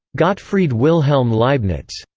gottfried wilhelm leibniz.